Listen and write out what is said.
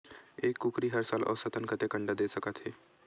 एक कुकरी हर साल औसतन कतेक अंडा दे सकत हे?